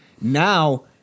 now